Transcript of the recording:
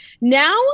now